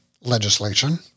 Legislation